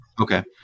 Okay